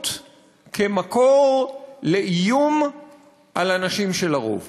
המיעוט כמקור לאיום על הנשים של הרוב.